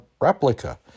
replica